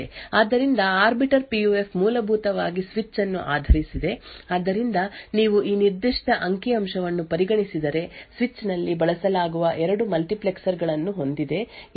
ಆದ್ದರಿಂದ arbiter PUF ಮೂಲಭೂತವಾಗಿ switch ಅನ್ನು ಆಧರಿಸಿದೆ ಆದ್ದರಿಂದ ನೀವು ಈ ನಿರ್ದಿಷ್ಟ ಅಂಕಿ ಅಂಶವನ್ನು ಪರಿಗಣಿಸಿದರೆ ಸ್ವಿಚ್ ನಲ್ಲಿ ಬಳಸಲಾಗುವ 2 ಮಲ್ಟಿಪ್ಲೆಕ್ಸರ್ ಗಳನ್ನು ಹೊಂದಿದೆ ಎರಡಕ್ಕೂ ಇಲ್ಲಿ 0 ಮೇಲೆ ಒಂದೇ ಇನ್ಪುಟ್ ನೀಡಲಾಗುತ್ತದೆ ಮತ್ತು ಅದೇ 0 ಇದಕ್ಕೆ ಸಂಪರ್ಕ ಹೊಂದಿದೆ